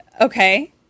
Okay